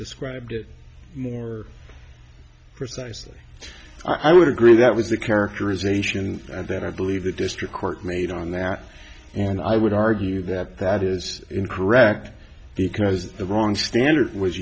described it more precisely i would agree that was a characterization and that i believe the district court made on that and i would argue that that is incorrect because the wrong standard was